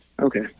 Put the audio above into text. Okay